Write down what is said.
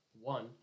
one